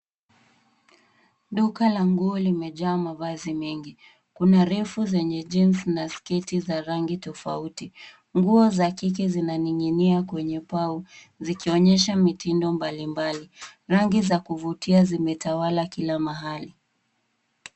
Duka la nguo limejaa mavazi mengi. Kuna refu zenye jeans na sketi za rangi tofauti. Nguo za kike zinaning'inia kwenye pau zikionyesha mitindo mbalimbali. Rangi za kuvutia zimetawala kila mahali.